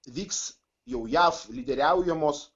vyks jau jav lyderiaujamos